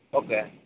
okay